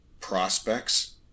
prospects